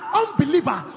unbeliever